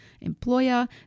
employer